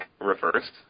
reversed